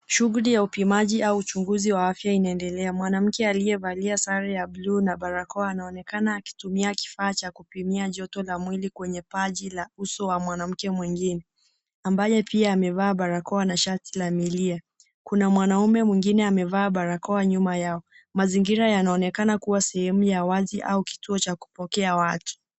Shughuli ya upimaji au uchunguzi wa afya, inaendelea. Mwanamke aliyevalia sare ya bluu na barakoa, anaonekana akitumia kifaa cha kupimia joto la mwili, kwenye paji la uso la mwanamke mwingine, ambaye pia amevaa barakoa na shati la milia. Kuna mwanaume mwingine amevaa barakoa nyuma yao. Mazingira yanaonekana kuwa sehemu ya wazi au kituo cha kupokea watu.